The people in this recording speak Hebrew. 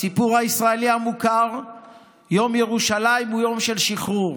בסיפור הישראלי המוכר יום ירושלים הוא יום של שחרור,